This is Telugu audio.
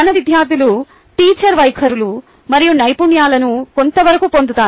మన విద్యార్థులు టీచర్ వైఖరులు మరియు నైపుణ్యాలను కొంతవరకు పొందుతారు